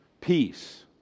peace